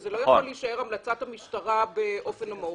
זו לא יכולה להישאר המלצת משטרה באופן אמורפי,